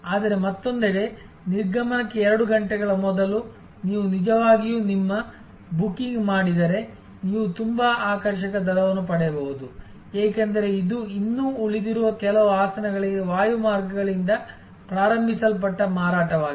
ಆದರೆ ಮತ್ತೊಂದೆಡೆ ನಿರ್ಗಮನಕ್ಕೆ 2 ಗಂಟೆಗಳ ಮೊದಲು ನೀವು ನಿಜವಾಗಿಯೂ ನಿಮ್ಮ ಬುಕಿಂಗ್ ಮಾಡಿದರೆ ನೀವು ತುಂಬಾ ಆಕರ್ಷಕ ದರವನ್ನು ಪಡೆಯಬಹುದು ಏಕೆಂದರೆ ಇದು ಇನ್ನೂ ಉಳಿದಿರುವ ಕೆಲವು ಆಸನಗಳಿಗೆ ವಾಯು ಮಾರ್ಗಗಳಿಂದ ಪ್ರಾರಂಭಿಸಲ್ಪಟ್ಟ ಮಾರಾಟವಾಗಿದೆ